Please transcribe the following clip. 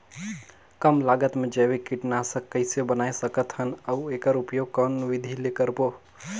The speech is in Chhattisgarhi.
कम लागत मे जैविक कीटनाशक कइसे बनाय सकत हन अउ एकर उपयोग कौन विधि ले करबो?